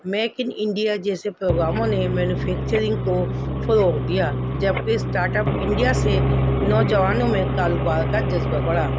make in India جیسے پروگراموں نے مینوفیکچرنگ کو فروغ دیا جبکہ اسٹارٹ اپ انڈیا سے نوجوانوں میں کاروبار کا جذبہ بڑھا